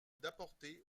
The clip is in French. d’apporter